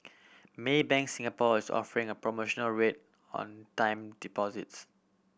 Maybank Singapore is offering a promotional rate on time deposits